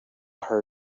her